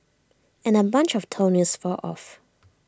and A bunch of toenails fall off